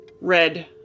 red